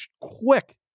quick